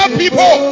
people